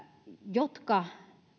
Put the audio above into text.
jotka